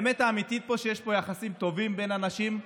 האמת אמיתית היא שיש פה יחסים טובים בין אנשים,